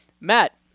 Matt